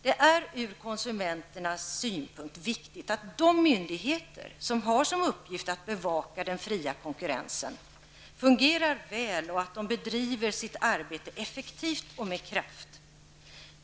Det är ur konsumenternas synpunkt viktigt att de myndigheter som har i uppgift att bevaka den fria konkurrensen fungerar väl och att de bedriver sitt arbete effektivt och med kraft.